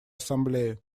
ассамблеи